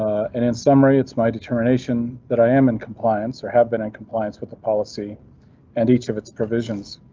and in summary it's my determination that i am in compliance or have been in compliance with the policy and each of its provisions.